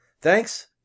Thanks